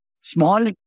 small